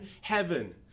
heaven